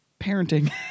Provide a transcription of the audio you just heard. parenting